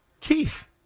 Keith